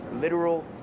literal